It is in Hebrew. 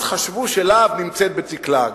אז חשבו שלהב נמצאת בצקלג,